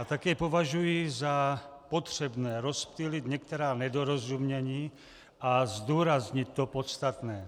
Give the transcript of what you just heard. A taky považuji za potřebné rozptýlit některá nedorozumění a zdůraznit to podstatné.